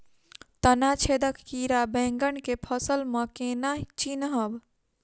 तना छेदक कीड़ा बैंगन केँ फसल म केना चिनहब?